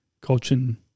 coaching